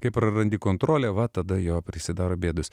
kai prarandi kontrolę va tada jo prisidaro bėdos